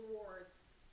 awards